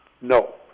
No